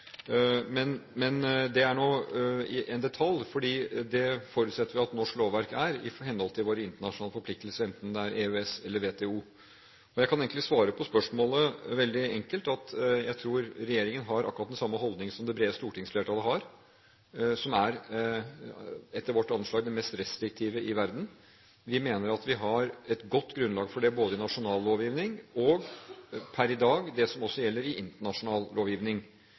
Men det er nå en detalj fordi det forutsetter vi at norsk lovverk er, i henhold til våre internasjonale forpliktelser, enten det er EØS eller WTO. Jeg kan egentlig svare på spørsmålet veldig enkelt med at jeg tror regjeringen har akkurat den samme holdningen som det brede stortingsflertallet har, som er – etter vårt anslag – en av de mest restriktive i verden. Vi mener vi har et godt grunnlag for det både i nasjonal lovgivning og per i dag i det som også gjelder i internasjonal lovgivning.